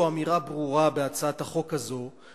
יש פה בהצעת החוק הזאת אמירה ברורה,